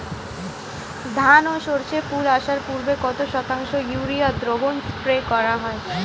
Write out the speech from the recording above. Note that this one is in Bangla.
ধান ও সর্ষে ফুল আসার পূর্বে কত শতাংশ ইউরিয়া দ্রবণ স্প্রে করা হয়?